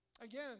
Again